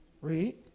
Read